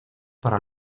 para